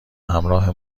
همراه